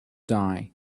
die